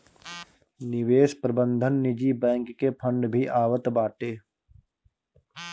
निवेश प्रबंधन निजी बैंक के फंड भी आवत बाटे